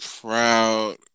proud